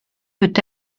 peut